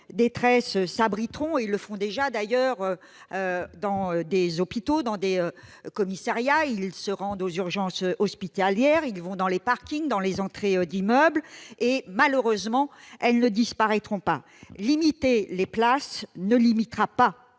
détresse s'abriteront- elles le font déjà, d'ailleurs -dans des hôpitaux, dans des commissariats, aux urgences hospitalières, dans les parkings, dans les entrées d'immeubles. Malheureusement, elles ne disparaîtront pas. Limiter les places ne limitera pas